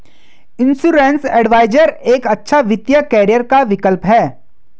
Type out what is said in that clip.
insurance adviser एक अच्छा वित्तीय करियर का विकल्प है